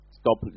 Stop